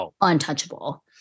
untouchable